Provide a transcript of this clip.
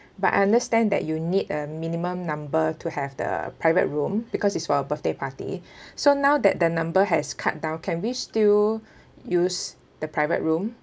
but I understand that you need a minimum number to have the private room because it's for a birthday party so now that the number has cut down can we still use the private room